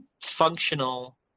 functional